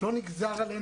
לא נגזר עלינו".